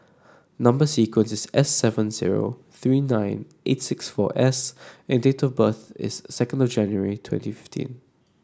number sequence is S seven zero three nine eight six four S and date of birth is second January twenty fifteen